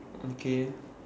okay